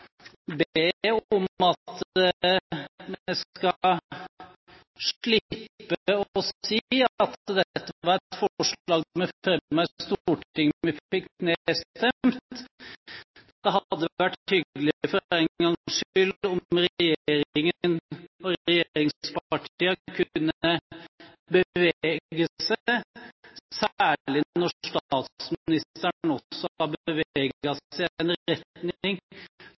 be om at vi skal slippe å si at dette var forslag vi fremmet i Stortinget som ble nedstemt. Det hadde vært hyggelig om regjeringen og regjeringspartiene for én gangs skyld kunne bevege seg, særlig når statsministeren også har beveget seg, i en retning